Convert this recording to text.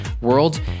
world